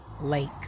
lake